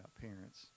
parents